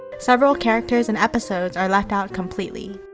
several characters and episodes are left out completely.